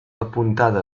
apuntada